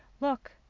look